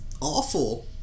awful